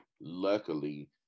luckily